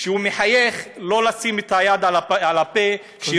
כשהוא מחייך, לא לשים את היד על הפה, תודה.